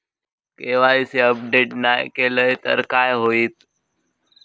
KYC update नाय केलय तर काय होईत?